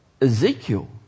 Ezekiel